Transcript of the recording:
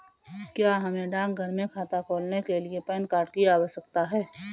क्या हमें डाकघर में खाता खोलने के लिए पैन कार्ड की आवश्यकता है?